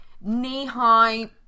knee-high